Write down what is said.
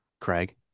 Craig